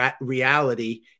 reality